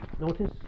Notice